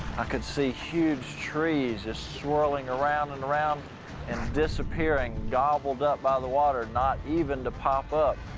i could see huge trees just swirling around and around and disappearing, gobbled up by the water, not even to pop up.